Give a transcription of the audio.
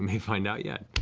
may find out yet.